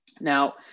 Now